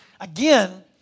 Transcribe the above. again